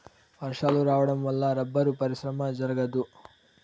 వర్షాలు రావడం వల్ల రబ్బరు పరిశ్రమ జరగదు